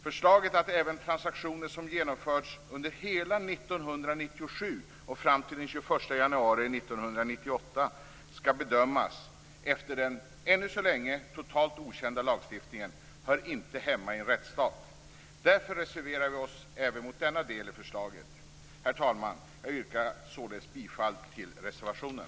Förslaget att även transaktioner som genomförts under hela 1997 och fram till den 21 januari 1998 skall bedömas efter den ännu så länge totalt okända lagstiftningen hör inte hemma i en rättsstat. Därför reserverar vi oss även mot denna del i förslaget. Herr talman! Jag yrkar bifall till reservationen.